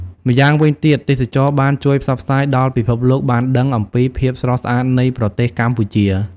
ម្យ៉ាងវិញទៀត ទេសចរណ៍បាន ជួយផ្សព្វផ្សាយដល់ពិភពលោកបានដឹង អំពីភាពស្រស់ស្អាតនៃប្រទេសកម្ពុជា។